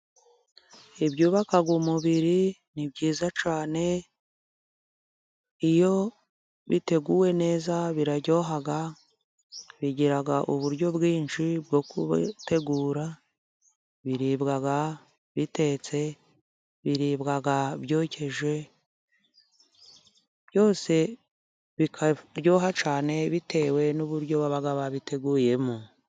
Ibyubaka umubiri ni byiza cyane, iyo biteguwe neza biraryoha. Bigira uburyo bwinshi bwo kubitegura, biribwa bitetse, biribwa byokeje, byose bikaryoha cyane, bitewe n'uburyo baba babiteguyemo.